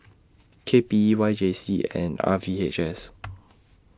K P E Y J C and R V H S